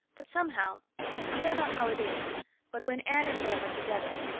but somehow i don't know how it is but when anne and them are together,